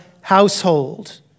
household